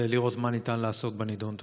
ולראות מה ניתן לעשות בנדון.